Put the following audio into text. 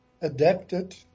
adapted